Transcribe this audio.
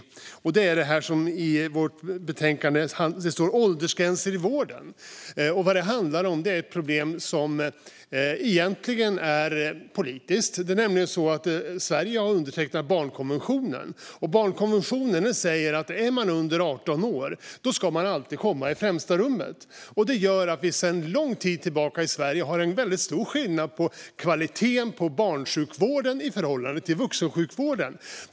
Det handlar om det som i betänkandet kallas åldersgränser i vården och är ett problem som egentligen är politiskt. Sverige har undertecknat barnkonventionen, och barnkonventionen säger att är man under 18 år ska man alltid komma i främsta rummet. Det gör att vi i Sverige sedan lång tid tillbaka har en väldigt stor skillnad i kvaliteten på barnsjukvården i förhållande till vuxensjukvården.